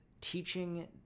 teaching